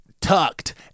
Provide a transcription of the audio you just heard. tucked